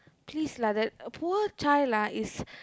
please lah that poor child ah is